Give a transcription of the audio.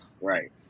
Right